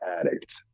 addict